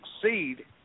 succeed